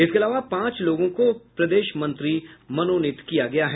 इसके अलावा पांच लोगों को प्रदेश मंत्री मनोनीत किया गया है